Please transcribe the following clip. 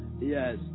Yes